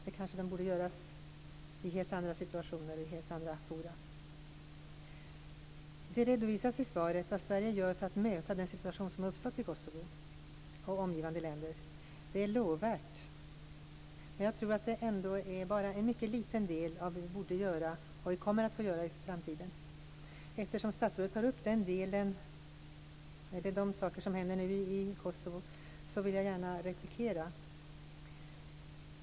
Det kanske borde göras i helt andra situationer i helt andra forum. Det redovisas i svaret vad Sverige gör för att möta den situation som har uppstått i Kosovo och omgivande länder. Det är lovvärt, men jag tror ändå att det bara är en mycket liten del av det vi borde göra och kommer att få göra i framtiden. Eftersom statsrådet tar upp de saker som nu händer i Kosovo vill jag gärna replikera.